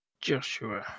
Joshua